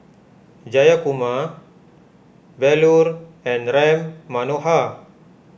Jayakumar Bellur and Ram Manohar